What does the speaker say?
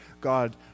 God